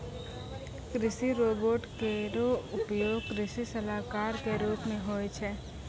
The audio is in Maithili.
कृषि रोबोट केरो उपयोग कृषि सलाहकार क रूप मे होय छै